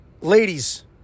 Ladies